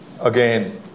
again